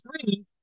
three